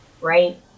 right